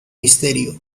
misterio